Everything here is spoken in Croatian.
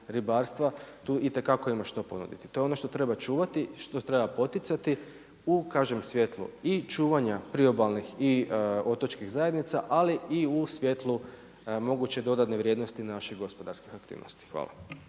ribarstva tu itekako ima što ponuditi. To je ono što treba čuvati, što treba poticati u kažem svjetlu i čuvanja priobalnih i otočnih zajednica, ali i u svjetlu moguće dodane vrijednosti naših gospodarskih aktivnosti. Hvala.